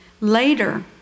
Later